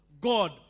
God